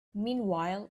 meanwhile